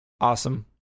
awesome